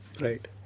Right